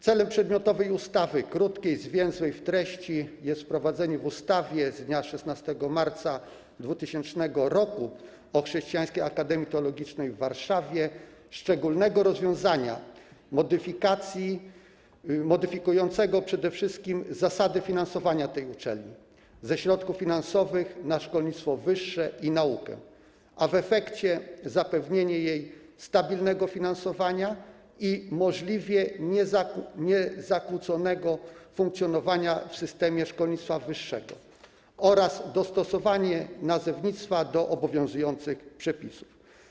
Celem przedmiotowej ustawy, krótkiej, zwięzłej w treści, jest wprowadzenie w ustawie z dnia 16 marca 2000 r. o Chrześcijańskiej Akademii Teologicznej w Warszawie szczególnego rozwiązania modyfikującego przede wszystkim zasady finansowania tej uczelni ze środków finansowych na szkolnictwo wyższe i naukę, a w efekcie zapewnienie jej stabilnego finansowania i możliwie niezakłóconego funkcjonowania w systemie szkolnictwa wyższego oraz dostosowanie nazewnictwa do obowiązujących przepisów.